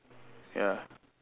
ya